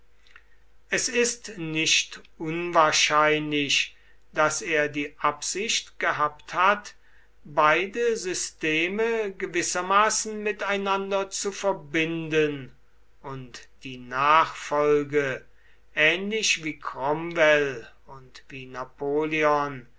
es ist nicht unwahrscheinlich daß er die absicht gehabt hat beide systeme gewissermaßen miteinander zu verbinden und die nachfolge ähnlich wie cromwell und wie napoleon